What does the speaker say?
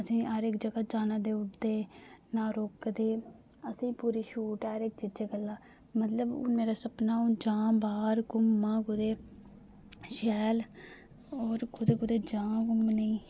असें हर इक जगह जाना देई ओड़दे न रोकदे असेंगी पूरी छूट ऐ हर इक चीजा दी मतलब मेरा सपना हून जां बाहर घूमन कुतै शैल होर कुतै कुतै जां घूमने गी